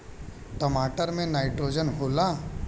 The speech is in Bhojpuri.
टमाटर मे नाइट्रोजन होला?